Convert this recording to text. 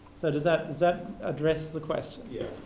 so does that does that address the question? yeah.